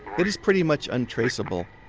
it is pretty much untraceable.